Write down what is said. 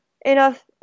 enough